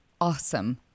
awesome